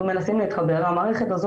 אנחנו מנסים להתחבר למערכת, המערכת הזאת